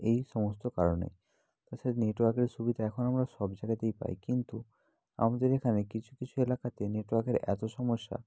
এই সমস্ত কারণে তাছাড়া নেটওয়ার্কের অসুবিধা এখন আমরা সব জায়গায়তেই পাই কিন্তু আমাদের এখানে কিছু কিছু এলাকাতে নেটওয়ার্কের এত সমস্যা